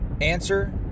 answer